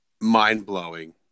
mind-blowing